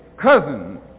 cousin